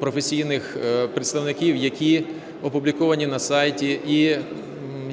професійних представників, які опубліковані на сайті і